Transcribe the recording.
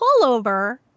pullover